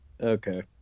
Okay